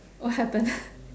what happen